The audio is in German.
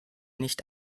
nicht